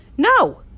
No